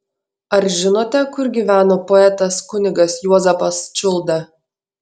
ar žinote kur gyveno poetas kunigas juozapas čiulda